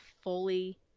fully